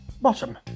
bottom